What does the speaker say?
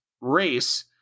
race